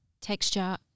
texture